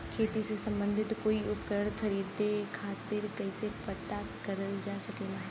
खेती से सम्बन्धित कोई उपकरण खरीदे खातीर कइसे पता करल जा सकेला?